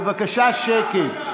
בבקשה שקט.